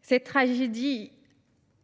Cette tragédie